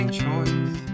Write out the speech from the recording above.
choice